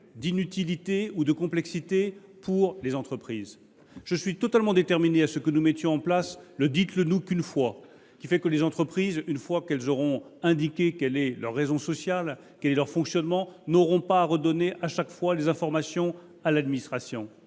d’inutilité ou de complexité pour les entreprises. Je suis totalement déterminé à ce que nous mettions en place le principe « dites le nous une fois », pour que les entreprises, une fois qu’elles auront indiqué quelle est leur raison sociale, quel est leur fonctionnement, n’aient pas à redonner à plusieurs reprises les informations à l’administration.